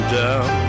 down